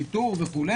שיטור וכו',